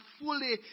fully